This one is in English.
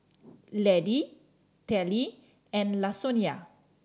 Laddie Telly and Lasonya